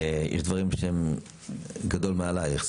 יש דברים שהם גדול מעלייך,